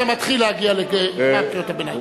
אתה מתחיל להגיע לסף קריאות הביניים.